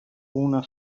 una